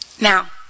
Now